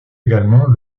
également